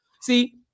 See